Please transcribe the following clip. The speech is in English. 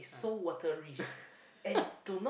ah